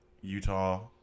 Utah